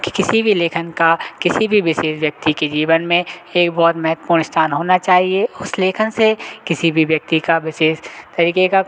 कि किसी भी लेखन का किसी भी विशेष व्यक्ति के जीवन में एक बहुत महत्वपूर्ण स्थान होना चाहिए उस लेखन से किसी भी व्यक्ति का विशेष तरीके का